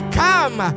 come